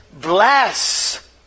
bless